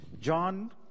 John